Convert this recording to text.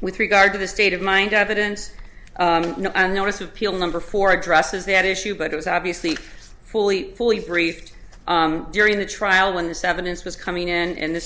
with regard to the state of mind evidence notice of appeal number four addresses that issue but it was obviously fully fully briefed during the trial when this evidence was coming in and this